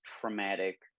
traumatic